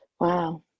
wow